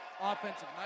offensive